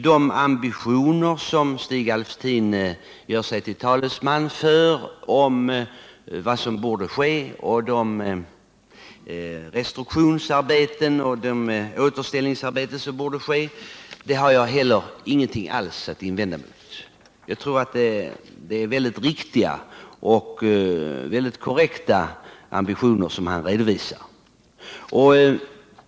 De ambitioner som Stig Alftin har när det gäller det återställningsarbete som borde ske har jag inte heller någonting att invända emot. Jag tror att det är riktiga ambitioner.